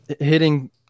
hitting